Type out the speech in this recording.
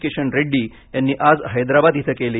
किशन रेड्डी यांनी आज हैद्राबाद इथं केली